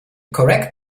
correct